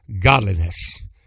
godliness